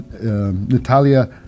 Natalia